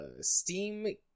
Steam